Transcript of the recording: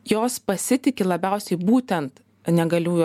jos pasitiki labiausiai būtent negaliųjo